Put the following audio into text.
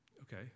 Okay